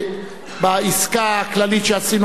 בעסקה הכללית שעשינו,